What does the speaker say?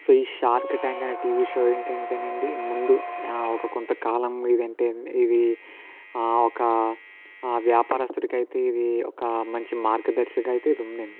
so ఈ shark tank అనే TV show ఏంటి అంటే అండి ముందు ఒక కొంత కాలంగా ఇది ఏంటి ఇది ఒక వ్యాపారస్తుడికి అయితే ఇది ఒక మంచి మార్గదర్శకంగా అయితే ఇది ఉంది అండి